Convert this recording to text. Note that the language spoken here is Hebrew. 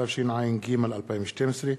התשע"ג 2012,